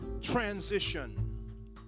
transition